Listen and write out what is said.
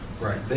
Right